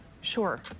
sure